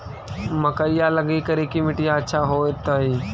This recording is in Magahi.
मकईया लगी करिकी मिट्टियां अच्छा होतई